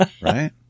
right